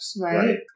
Right